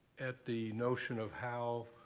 at the notion of how